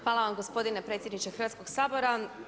Hvala vam gospodine predsjedniče Hrvatskog sabora.